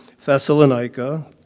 Thessalonica